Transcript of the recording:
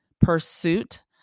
pursuit